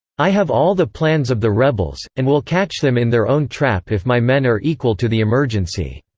i have all the plans of the rebels, and will catch them in their own trap if my men are equal to the emergency.